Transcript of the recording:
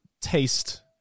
taste